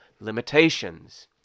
limitations